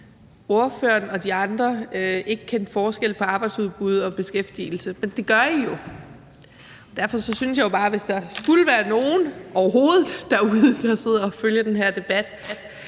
man tro, at de ikke kendte forskel på arbejdsudbud og beskæftigelse, men det gør I jo. Og derfor synes jeg jo bare, at vi, hvis der overhovedet skulle være nogen derude, der sidder og følger den her debat,